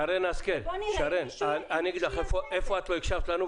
ובואו נראה --- אני אגיד לך איפה לא הקשבת לנו,